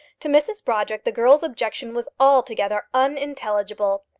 to mrs brodrick the girl's objection was altogether unintelligible.